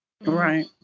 right